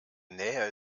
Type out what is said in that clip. nähe